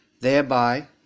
thereby